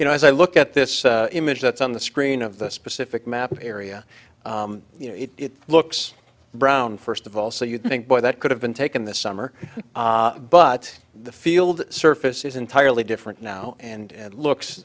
you know as i look at this image that's on the screen of the specific map area you know it looks brown first of all so you think that could have been taken this summer but the field surface is entirely different now and looks